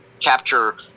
capture